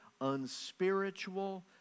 unspiritual